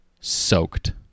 soaked